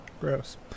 Gross